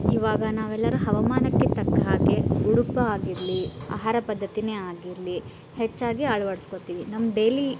ಇವಾಗ ನಾವೆಲ್ಲರೂ ಹವಾಮಾನಕ್ಕೆ ತಕ್ಕ ಹಾಗೆ ಉಡುಪು ಆಗಿರಲಿ ಆಹಾರ ಪದ್ಧತಿಯೇ ಆಗಿರಲಿ ಹೆಚ್ಚಾಗಿ ಅಳ್ವಡಿಸ್ಕೋತೀವಿ ನಮ್ಮ ಡೇಲಿ